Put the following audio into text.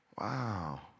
Wow